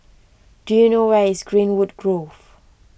do you know where is Greenwood Grove